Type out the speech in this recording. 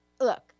Look